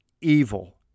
evil